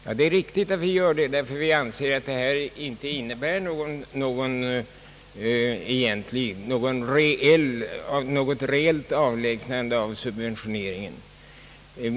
Vi gör det därför att vi anser att det inte innebär något reellt avlägsnande av subventioneringen.